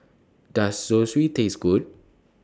Does Zosui Taste Good